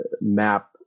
map